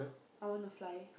I want to fly